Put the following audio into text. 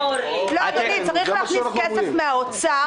לא, אדוני, צריך להכניס כסף מן האוצר.